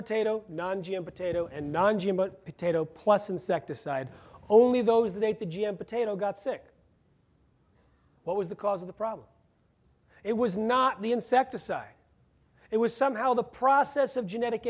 potato non g m potato and non g m but potato plus insecticide only those that ate the g m potato got sick what was the cause of the problem it was not the insecticide it was somehow the process of genetic